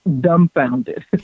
dumbfounded